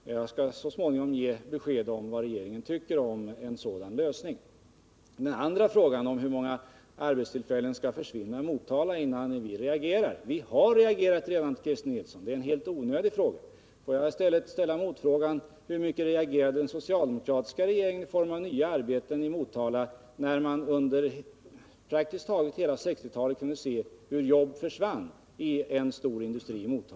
Men jag skall så småningom ge besked om vad regeringen tycker om en sådan lösning. På den andra frågan, som gällde hur många arbetstillfällen som skall försvinna i Motala innan regeringen reagerar, vill jag svara: Vi har redan reagerat, Christer Nilsson. Det är en helt onödig fråga. Låt mig ställa en motfråga: Hur mycket reagerade den socialdemokratiska regeringen i form av åtgärder för att skapa nya arbeten i Motala, när man under praktiskt taget hela 1960-talet kunde se hur jobb försvann inom en stor industri i Motala?